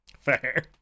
Fair